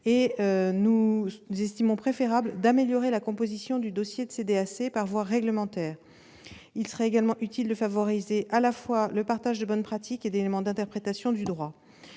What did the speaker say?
À nos yeux, il est préférable d'améliorer la composition du dossier de CDAC par voie réglementaire. Il sera également utile de favoriser à la fois le partage de bonnes pratiques et d'éléments d'interprétation du droit.